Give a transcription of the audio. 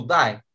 die